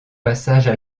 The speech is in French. passages